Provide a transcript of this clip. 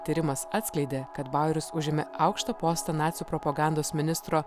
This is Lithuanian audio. tyrimas atskleidė kad baueris užėmė aukštą postą nacių propagandos ministro